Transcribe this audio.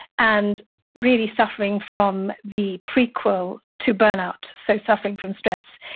and really suffering from the prequel to burnout. so suffering from stress.